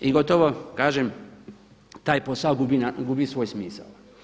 I gotovo kažem taj posao gubi svoj smisao.